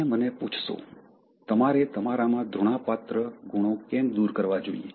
તમે મને પૂછશો તમારે તમારામાં ધૃણાપાત્ર ગુણો કેમ દૂર કરવા જોઈએ